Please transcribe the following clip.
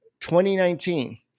2019